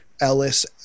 Ellis